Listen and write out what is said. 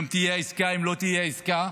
האם תהיה עסקה או לא תהיה עסקה.